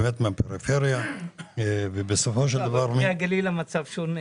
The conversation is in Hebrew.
בפרי הגליל המצב שונה.